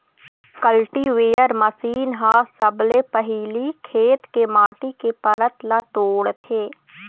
cultivator machine ह सबले पहिली खेत के माटी के परत ल तोड़थे